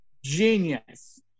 genius